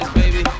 baby